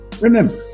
Remember